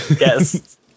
Yes